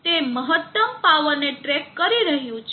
તે મહત્તમ પાવરને ટ્રેક કરી રહ્યું છે